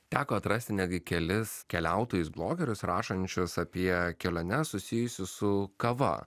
teko atrasti netgi kelis keliautojusblogerius rašančius apie keliones susijusius su kava